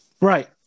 Right